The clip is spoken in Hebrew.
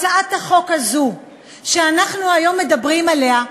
הצעת החוק הזו שאנחנו היום מדברים עליה,